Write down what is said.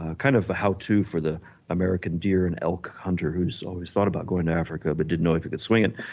ah kind of a how to for the american deer and elk hunters who's always thought about going to africa but didn't know if he could swing it.